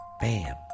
Bam